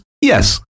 yes